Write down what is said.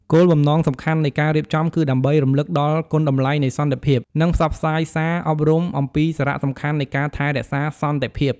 គោលបំណងសំខាន់នៃការរៀបចំគឺដើម្បីរំលឹកដល់គុណតម្លៃនៃសន្តិភាព និងផ្សព្វផ្សាយសារអប់រំអំពីសារៈសំខាន់នៃការថែរក្សាសន្តិភាព។